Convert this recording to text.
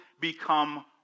become